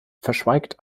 verschweigt